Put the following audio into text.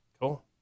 Cool